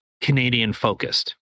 Canadian-focused